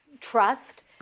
trust